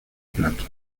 plato